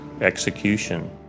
execution